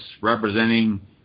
representing